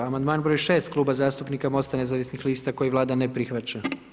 Amandman broj 6 Kluba zastupnika Mosta nezavisnih lista koji Vlada ne prihvaća.